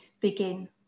begin